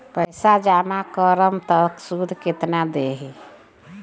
पैसा जमा करम त शुध कितना देही?